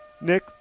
Nick